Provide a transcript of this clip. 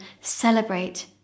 celebrate